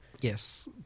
Yes